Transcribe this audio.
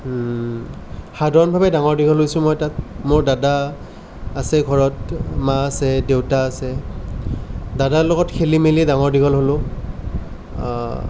সাধাৰণভাৱে ডাঙৰ দীঘল হৈছোঁ মই তাত মোৰ দাদা আছে ঘৰত মা আছে দেউতা আছে দাদাৰ লগত খেলি মেলিয়ে ডাঙৰ দীঘল হ'লোঁ